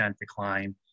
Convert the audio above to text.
decline